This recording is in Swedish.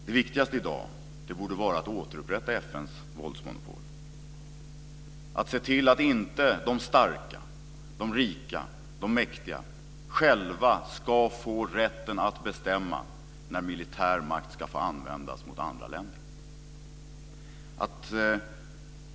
Det viktigaste i dag borde vara att återupprätta FN:s våldsmonopol och se till att de starka, de rika och de mäktiga inte själva ska få rätten att bestämma när militär makt ska få användas mot andra länder.